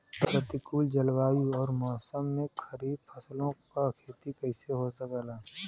प्रतिकूल जलवायु अउर मौसम में खरीफ फसलों क खेती कइसे हो सकेला?